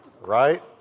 right